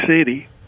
City